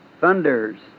thunders